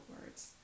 words